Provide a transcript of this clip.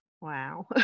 Wow